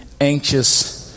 anxious